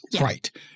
Right